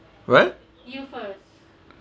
what